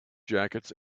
jackets